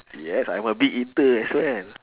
yes I'm a big eater as well